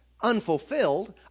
unfulfilled